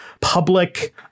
public